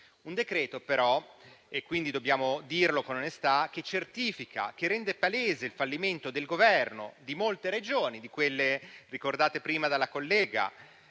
un decreto, però, che - dobbiamo dirlo con onestà - certifica e rende palese il fallimento del Governo di molte Regioni, anche di quelle ricordate prima dalla collega,